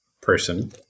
person